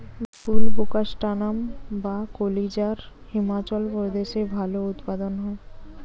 বুলবোকাস্ট্যানাম বা কালোজিরা হিমাচল প্রদেশে ভালো উৎপাদন হয়